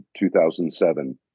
2007